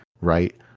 Right